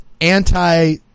anti